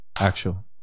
actual